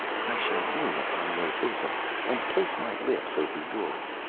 i shall lean upon your bosom and place my lips over yours,